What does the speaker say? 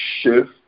shift